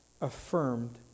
affirmed